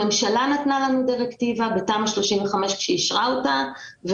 הממשלה נתנה לנו דירקטיבה בתמ"א 35 כשאישרה אותה.